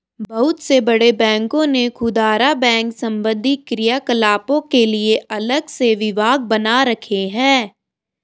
बहुत से बड़े बैंकों ने खुदरा बैंक संबंधी क्रियाकलापों के लिए अलग से विभाग बना रखे हैं